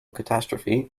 catastrophe